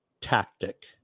tactic